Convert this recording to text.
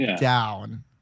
down